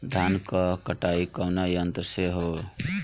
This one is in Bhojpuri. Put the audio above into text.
धान क कटाई कउना यंत्र से हो?